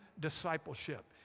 discipleship